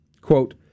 quote